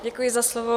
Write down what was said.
Děkuji za slovo.